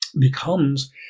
becomes